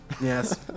Yes